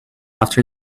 after